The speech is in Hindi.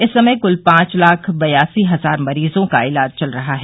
इस समय क्ल पांच लाख बयासी हजार मरीजों का इलाज चल रहा है